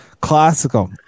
Classical